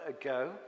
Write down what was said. ago